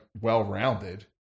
well-rounded